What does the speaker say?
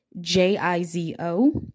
J-I-Z-O